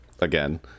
again